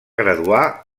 graduar